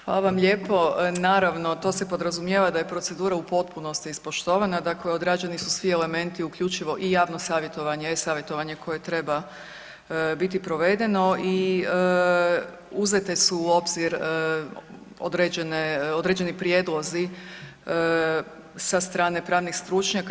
Hvala vam lijepo, naravno to se podrazumijeva da je procedura u potpunosti ispoštovana, dakle odrađeni su svi elementi uključivo i javno savjetovanje e-savjetovanje koje treba biti provedeno i uzete su u obzir određene, određeni prijedlozi sa strane pravnih stručnjaka.